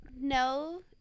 no